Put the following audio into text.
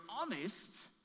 honest